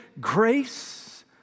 grace